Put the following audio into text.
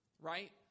Right